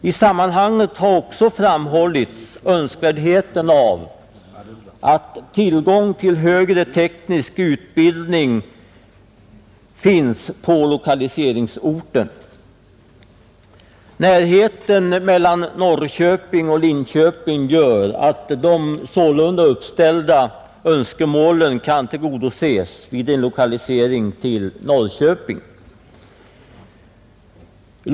I sammanhanget har också framhållits önskvärdheten av att tillgång till högre teknisk utbildning finns på lokaliseringsorten, Närheten mellan Norrköping och Linköping gör att de sålunda uppställda önskemålen kan tillgodoses vid en lokalisering till Norrköping.